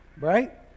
right